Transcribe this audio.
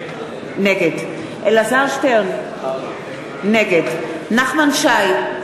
נגד אלעזר שטרן, נגד נחמן שי,